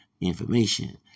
information